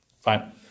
Fine